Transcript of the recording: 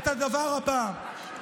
את הדבר הבא: